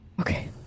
Okay